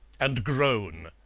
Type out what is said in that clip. and groan.